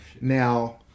Now